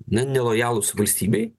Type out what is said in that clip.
na nelojalūs valstybei